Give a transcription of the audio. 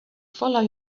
follow